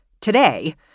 Today